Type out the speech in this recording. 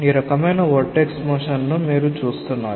ఈ రకమైన vortex motion ను మీరు చూస్తున్నారు